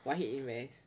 wahed invest